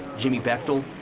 jimmy bechtel,